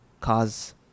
cause